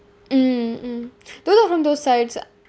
mm mm those are from those sites